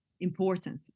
important